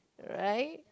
right